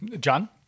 John